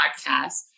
podcast